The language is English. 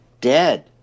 dead